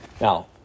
Now